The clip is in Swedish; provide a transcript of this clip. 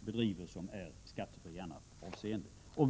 bedriver och som i annat avseende är befriad från skatt.